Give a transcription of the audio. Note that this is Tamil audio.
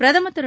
பிரதுமர் திரு